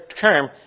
term